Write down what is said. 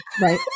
right